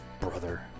brother